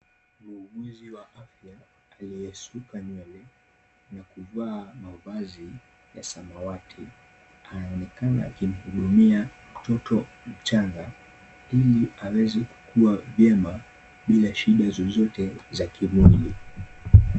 Muuguzi wa afya, aliyesuka nywele na kuvaa mavazi ya samawati, anaonekana akimhudumia mtoto mchanga, ili aweze kukuwa vyema bila shida zozote za kimwili.